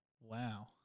Wow